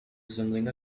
resembling